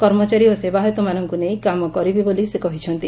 କର୍ମଚାରୀ ଓ ସେବାୟତମାନଙ୍କୁ ନେଇ କାମ କରିବି ବୋଲି ସେ କହିଛନ୍ତି